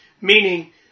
Meaning